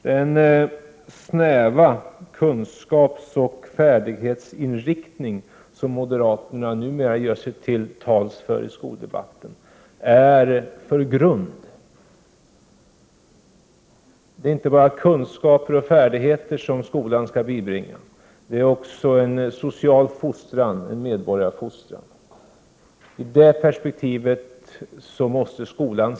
Den inriktning på kunskap och färdigheter som moderaterna numera gör sig till tals för när det Prot. 1988/89:63 gäller skolan är för snäv. Det är inte bara kunskaper och färdigheter som 8 februari 1989 skolan skall bibringa eleven, det är också en fråga om en social fostran, en medborgarfostran. Det är i det perspektivet som vi måste se skolan.